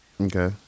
Okay